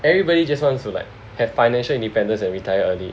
everybody just wants to like have financial independence and retire early